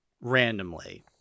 randomly